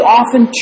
often